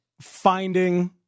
finding